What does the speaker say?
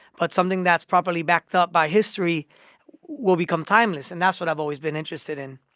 but something that's properly backed up by history will become timeless, and that's what i've always been interested in